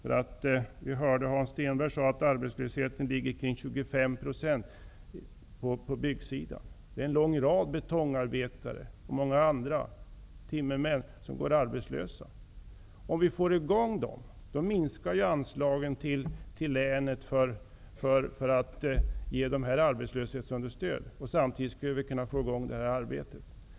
Hans Stenberg sade att arbetslösheten för byggnadsarbetarna är ca 25 %. Många betongarbetare och timmermän går arbetslösa. Om vi får i gång dem minskar de anslag länet behöver till arbetslöshetsunderstöd. Samtidigt skulle vi kunna få i gång det här arbetet.